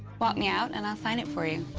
walk me out, and i'll sign it for you.